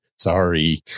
Sorry